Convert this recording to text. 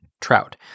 trout